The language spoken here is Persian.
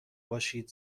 باشید